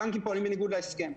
הבנקים פועלים בניגוד להסכם.